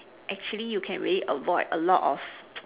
actually you can really avoid a lot of